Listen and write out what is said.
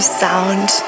sound